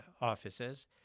offices